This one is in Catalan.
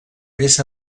més